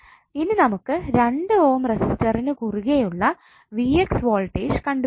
ഇനി നമുക്ക് 2 ഓം റെസിസ്റ്ററിനു കുറുകെ ഉള്ള വോൾടേജ് കണ്ടുപിടിക്കണം